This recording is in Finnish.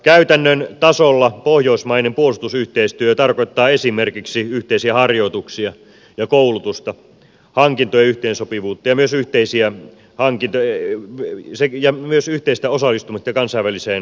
käytännön tasolla pohjoismainen puolustusyhteistyö tarkoittaa esimerkiksi yhteisiä harjoituksia ja koulutusta hankintojen yhteensopivuutta ja myös yhteisiä candide i sekin ja myös yhteistä osallistumista kansainväliseen kriisinhallintaan